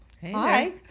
hi